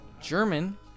German